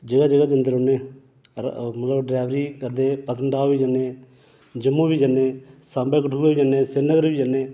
जगह् जगह् जंदे रोह्न्ने आं मतलब ड़्राइवरी करदे पतनीटाॅप बी जन्ने जम्मू बी जन्ने आं साम्बै कठुऐ बी जन्ने आं श्रीनगर बी जन्ने